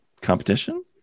competition